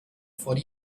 for